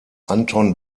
anton